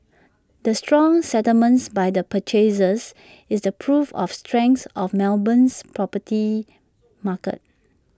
the strong settlements by the purchasers is the proof of the strength of Melbourne's property market